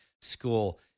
school